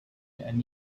and